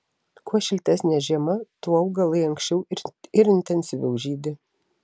kuo šiltesnė žiema tuo augalai anksčiau ir intensyviau žydi